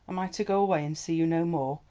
am i to go away and see you no more?